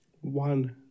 one